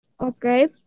okay